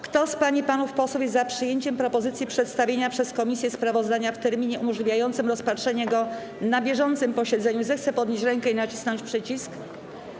Kto z pań i panów posłów jest za przyjęciem propozycji przedstawienia przez komisję sprawozdania w terminie umożliwiającym rozpatrzenie go na bieżącym posiedzeniu, zechce podnieść rękę i nacisnąć przycisk.